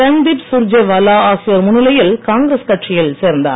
ரண்தீப் சூர்ஜேவாலா ஆகியோர் முன்னிலையில் காங்கிரஸ் கட்சியில் சேர்ந்தார்